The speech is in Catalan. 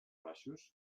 baixos